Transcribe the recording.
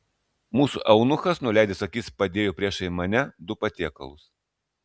mūsų eunuchas nuleidęs akis padėjo priešais mane du patiekalus